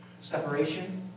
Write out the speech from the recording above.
Separation